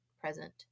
present